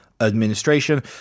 Administration